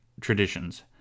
traditions